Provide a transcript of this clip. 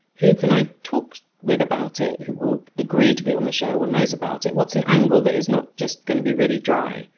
who can i talk with about it? who will agree to be on the show or knows about it? what's an angle that is not just going to be really dry?